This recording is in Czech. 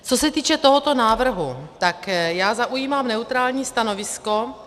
Co se týče tohoto návrhu, tak já zaujímám neutrální stanovisko.